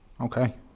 Okay